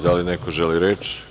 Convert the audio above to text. Da li neko želi reč?